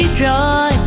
joy